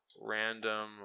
random